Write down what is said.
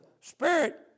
Spirit